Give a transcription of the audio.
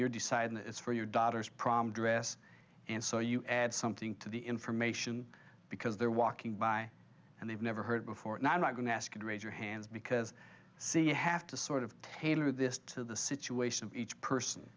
you're deciding it's for your daughter's prom dress and so you add something to the information because they're walking by and they've never heard before and i'm not going to ask you to raise your hands because see you have to sort of tailor this to the situation of each person